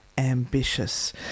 ambitious